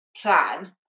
plan